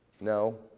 No